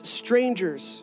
strangers